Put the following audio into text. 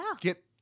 get